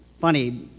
funny